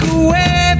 away